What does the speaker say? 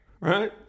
right